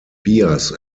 bias